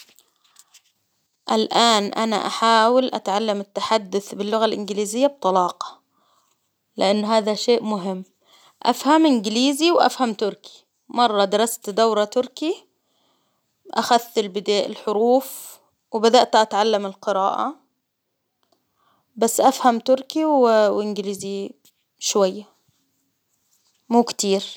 الآن أنا أحاول أتعلم التحدث باللغة الإنجليزية بطلاقة، لإن هذا شيء مهم، أفهم إنجليزي وأفهم تركي، مرة درست دورة تركي، أخذت البدا الحروف وبدأت أتعلم القراءة، بس أفهم تركي و- وانجليزي شوية مو كتير.